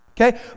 okay